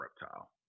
Reptile